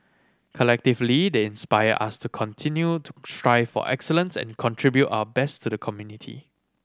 collectively they inspire us to continue to strive for excellence and contribute our best to the community